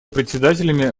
председателями